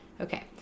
Okay